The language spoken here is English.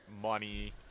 money